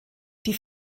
die